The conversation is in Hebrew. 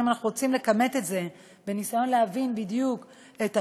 אם אנחנו רוצים לכמת את זה בניסיון להבין בדיוק את הפער,